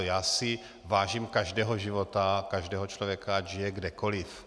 Já si vážím každého života, každého člověka, ať žije kdekoliv.